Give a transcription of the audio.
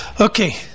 Okay